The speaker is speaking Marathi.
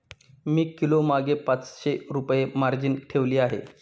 मी किलोमागे पाचशे रुपये मार्जिन ठेवली आहे